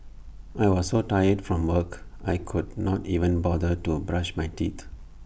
I was so tired from work I could not even bother to brush my teeth